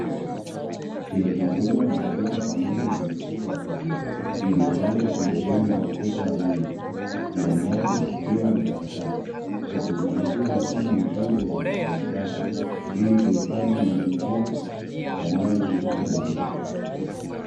Idadi kubwa ya mapipa pamoja na mifuko ya taka iliyopangwa pembezoni mwa ukuta wa nyumba ndani yake kukiwa na takataka, kwa kuzingatia mfumo mzuri wa utupaji taka ili kuhifadhi mazingira yanayozunguka jamii.